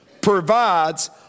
provides